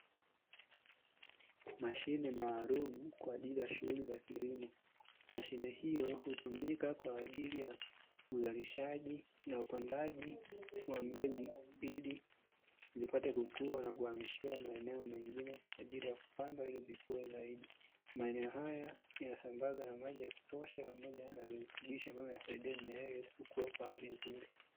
Mashine maalumu kwa ajili ya shughuli za kilimo. Mashine hiyo hutumika kwa ajili ya uzalishaji na upandaji ya mbegu, ili zipate kukua na kuhamishiwa maeneo mengine kwa ajili ya kupandwa ili zikue zaidi. Maeneo haya yanasambaza na maji ya kutosha pamoja virutubisho vinavyosaidia mimea hiyo iweze kukua kwa hali nzuri.